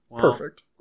Perfect